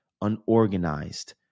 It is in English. unorganized